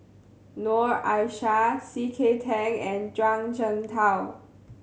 Noor Aishah C K Tang and Zhuang Shengtao